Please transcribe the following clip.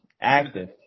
active